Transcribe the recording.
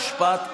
משפט קצרצר.